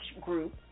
group